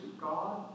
God